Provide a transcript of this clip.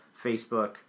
Facebook